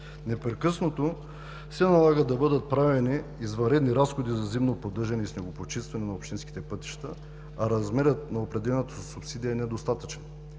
Непрекъснато се налага да бъдат правени извънредни разходи за зимно поддържане и снегопочистване на общинските пътища, а размерът на определената субсидия е недостатъчен.